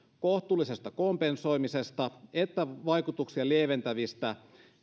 kohtuullisesta kompensoimisesta että vaikutuksia lieventävistä